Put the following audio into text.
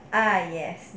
ah yes